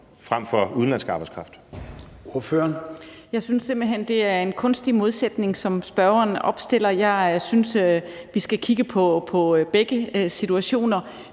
Kjer Hansen (V): Jeg synes simpelt hen, det er en kunstig modsætning, som spørgeren opstiller. Jeg synes, at vi skal kigge på begge situationer.